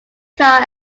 car